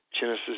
Genesis